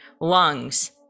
lungs